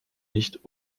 nicht